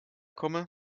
komme